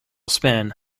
spin